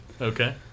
Okay